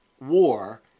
War